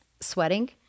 sweating